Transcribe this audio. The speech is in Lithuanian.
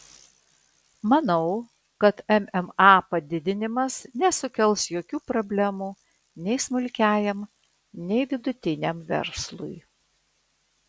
manau kad mma padidinimas nesukels jokių problemų nei smulkiajam nei vidutiniam verslui